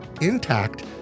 intact